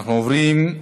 אנחנו עוברים,